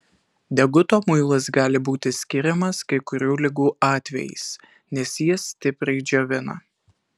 deguto muilas gali būti skiriamas kai kurių ligų atvejais nes jis stipriai džiovina